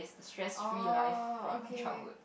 oh okay